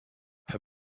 her